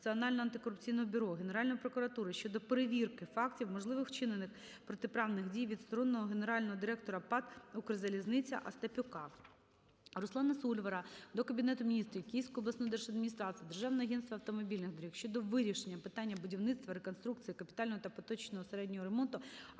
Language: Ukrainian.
Руслана Сольвара до Кабінету Міністрів, Київської обласної держадміністрації, Державного агентства автомобільних доріг щодо вирішення питання будівництва, реконструкції, капітального та поточного середнього ремонту